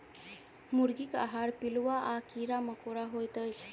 मुर्गीक आहार पिलुआ आ कीड़ा मकोड़ा होइत अछि